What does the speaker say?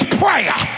prayer